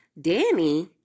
Danny